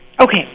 Okay